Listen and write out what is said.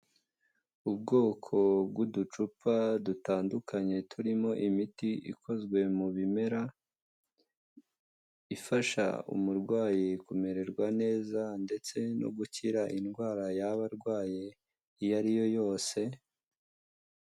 Ubwoko bw'uducupa dutandukanye turimo imiti ikozwe mu bimera, ifasha umurwayi kumererwa neza ndetse no gukira indwara yaba arwaye iyo ari yose.